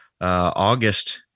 August